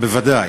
בוודאי.